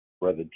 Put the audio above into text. Brother